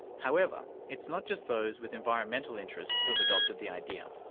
however, it's not just those with environmental interests who have adopted the idea.